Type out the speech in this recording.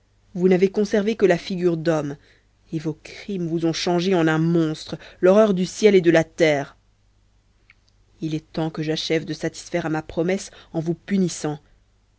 vous n'avez conservé que la figure d'homme et vos crimes vous ont changé en un monstre l'horreur du ciel et de la terre il est temps que j'achève de satisfaire ma promesse en vous punissant